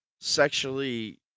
sexually